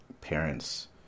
parents